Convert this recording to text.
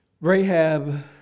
Rahab